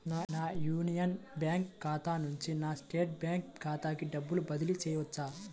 నా Union Bank ఖాతా నుండి నా స్టేట్ బ్యాంకు ఖాతాకి డబ్బు బదిలి చేయవచ్చా?